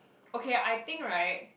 okay I think right